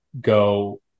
go